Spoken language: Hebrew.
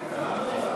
גמלה לבני-זוג),